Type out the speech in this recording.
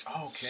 Okay